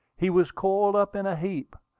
he was coiled up in a heap,